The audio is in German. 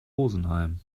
rosenheim